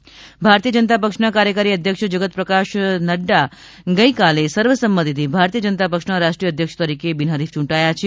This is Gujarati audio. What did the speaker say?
નક્ટા ભારતીય જનતા પક્ષના કાર્યકારી અધ્યક્ષ જગત પ્રકાશ નફા ગઇકાલે સર્વસંમતિથી ભારતીય જનતા પક્ષના રાષ્ટ્રીય અધ્યક્ષ તરીકે બિનહરીફ ચૂંટાયા છે